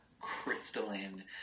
crystalline